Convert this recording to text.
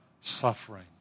suffering